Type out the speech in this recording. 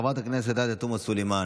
חברת הכנסת עאידה תומא סלימאן,